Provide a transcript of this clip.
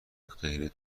غیر